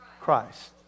Christ